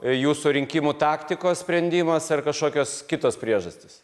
jūsų rinkimų taktikos sprendimas ar kažkokios kitos priežastys